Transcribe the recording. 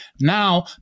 Now